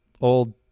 old